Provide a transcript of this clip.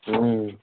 हूँ